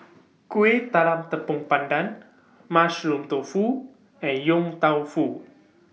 Kueh Talam Tepong Pandan Mushroom Tofu and Yong Tau Foo